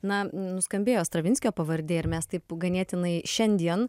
na nuskambėjo stravinskio pavardė ir mes taip ganėtinai šiandien